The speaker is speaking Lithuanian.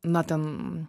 na ten